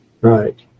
Right